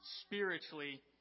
spiritually